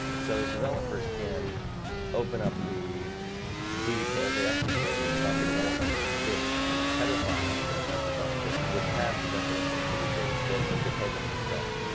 so developers can open up the ddk of the sdk that software development kit header files that microsoft ships which have the definitions for these various bits and decode them themselves